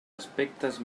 aspectes